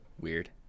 Weird